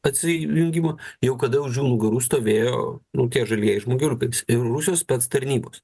atsijungimą jau kada už jų nugarų stovėjo nu tie žalieji žmogeliukai ir rusijos spectarnybos